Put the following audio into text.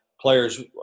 players